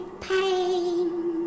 pain